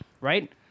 Right